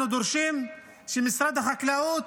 אנחנו דורשים שמשרד החקלאות